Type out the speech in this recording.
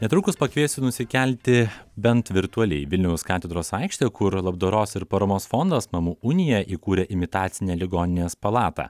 netrukus pakviesiu nusikelti bent virtualiai į vilniaus katedros aikštę kur labdaros ir paramos fondas mamų unija įkūrė imitacinę ligoninės palatą